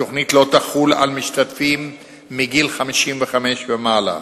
7. התוכנית לא תחול על משתתפים מגיל 55 ומעלה,